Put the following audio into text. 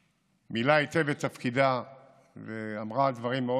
שמילאה היטב את תפקידה ואמרה דברים מאוד